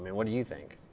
and what do you think?